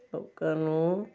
ਲੋਕਾਂ ਨੂੰ